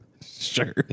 Sure